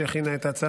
שהכינה את ההצעה,